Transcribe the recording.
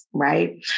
Right